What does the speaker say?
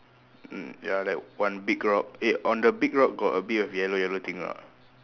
mm ya like one big rock eh on the big rock got a bit of yellow yellow thing or not